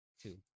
Two